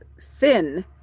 thin